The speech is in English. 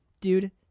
Dude